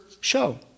show